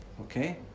Okay